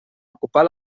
ocupar